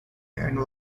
and